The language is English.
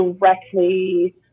directly